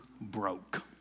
broke